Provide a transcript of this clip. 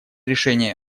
решения